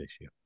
issue